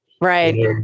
right